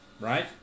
right